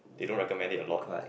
they don't recommend it a lot